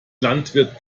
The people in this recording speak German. landwirt